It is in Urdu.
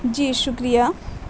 جی شکریہ